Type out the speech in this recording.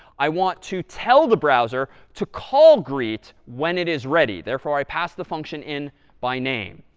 i want to tell the browser to call greet when it is ready. therefore, i pass the function in by name.